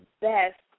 best